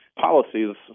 policies